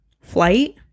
flight